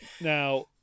Now